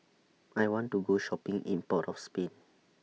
I want to Go Shopping in Port of Spain